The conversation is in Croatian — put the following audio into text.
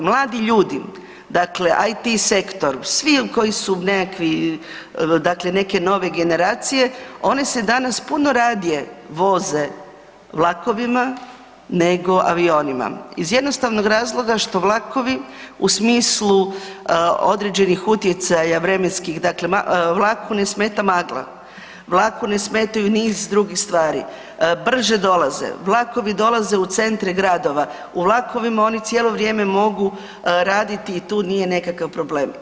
Mladi ljudi, dakle IT sektor svi koji su nekakvi neke nove generacije oni se danas puno radije voze vlakovima nego avionima iz jednostavnog razloga što vlakovi u smislu određenih utjecaja vremenskih, dakle vlaku ne smeta magla, vlaku ne smetaju niz drugih stvari, brže dolaze, vlakovi dolaze u centre gradova, u vlakovima oni cijelo vrijeme mogu raditi i tu nije nekakav problem.